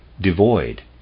devoid